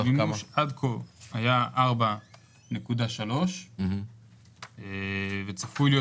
המימוש עד כה היה 4.3. צפוי להיות